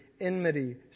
enmity